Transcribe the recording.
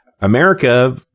America